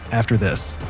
after this